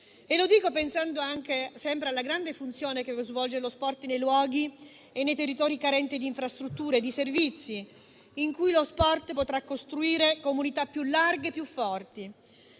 Lo dico pensando anche alla grande funzione che lo sport svolge nei luoghi e nei territori carenti di infrastrutture e di servizi. In tali luoghi lo sport potrà costruire comunità più larghe e più forti.